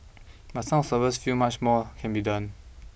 but some observers feel much more can be done